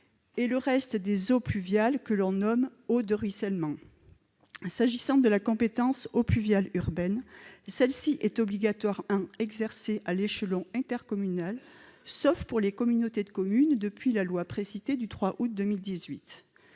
et le reste des eaux pluviales que l'on nomme « eaux de ruissellement ». S'agissant de la compétence « eaux pluviales urbaines », celle-ci est obligatoirement exercée à l'échelon intercommunal, sauf pour les communautés de communes depuis la loi précitée du 3 août 2018.